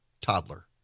Toddler